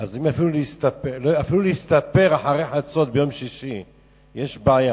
אז אפילו בלהסתפר אחרי חצות ביום שישי יש בעיה.